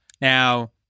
Now